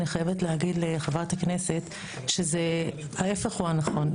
אני חייבת להגיד לחברת הכנסת שזה ההיפך הוא הנכון.